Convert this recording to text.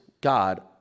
God